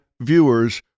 viewers